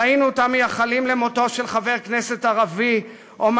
ראינו אותם מייחלים למותו של חבר כנסת ערבי או של